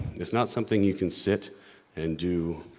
it's not something you can sit and do.